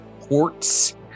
ports